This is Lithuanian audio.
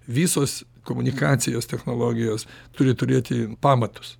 visos komunikacijos technologijos turi turėti pamatus